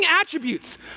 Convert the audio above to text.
attributes